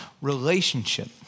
relationship